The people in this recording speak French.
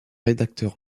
rédacteurs